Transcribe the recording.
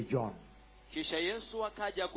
John